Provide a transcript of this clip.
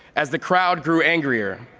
as the crowd grew angrier,